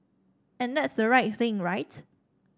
and that's the right thing right